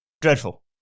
dreadful